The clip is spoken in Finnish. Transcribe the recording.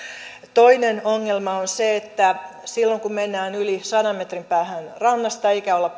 toinen ongelma on se että silloin kun mennään yli sadan metrin päähän rannasta eikä olla